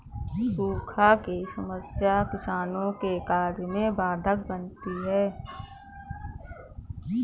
सूखा की समस्या किसानों के कार्य में बाधक बनती है